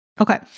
Okay